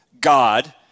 God